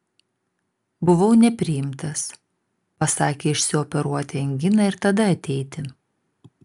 buvau nepriimtas pasakė išsioperuoti anginą ir tada ateiti